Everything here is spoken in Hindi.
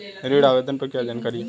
ऋण आवेदन पर क्या जानकारी है?